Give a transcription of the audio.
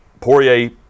Poirier